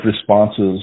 responses